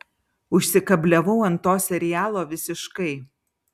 užsikabliavau ant to serialo visiškai